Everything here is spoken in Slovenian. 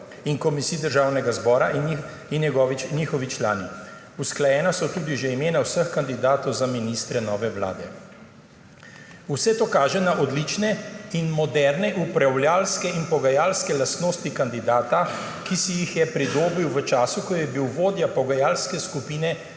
in komisij Državnega zbora in njihovi člani. Usklajena so tudi že imena vseh kandidatov za ministre nove vlade. Vse to kaže na odlične in moderne upravljavske in pogajalske lastnosti kandidata, ki si jih je pridobil v času, ko je bil vodja pogajalske skupine